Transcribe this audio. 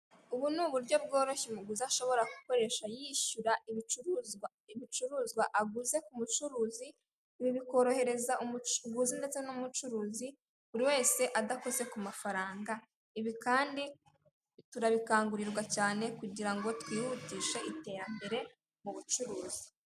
Ubu ni uburyo bworoshye umuguzi ashobora gukoresha yishyura ibicuruzwa, ibicuruzwa aguze ku mucuruzi, ibi bikorohereza umuguzi ndetse n'umucuruzi buri wese adakoze ku mafaranga, ibi kandi turabikangurirwa cyane kugira ngo twihutishe iterambere mu bucuruzi.